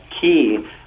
key